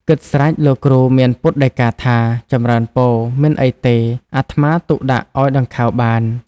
គិតស្រេចលោកគ្រូមានពុទ្ធដីកាថា "ចម្រើនពរ! មិនអីទេ អាត្មាទុកដាក់ឲ្យដង្ខៅបាន"។